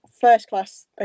first-class